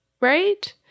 right